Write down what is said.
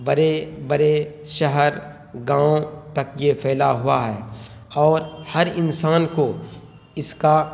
بڑے بڑے شہر گاؤں تک یہ پھیلا ہوا ہے اور ہر انسان کو اس کا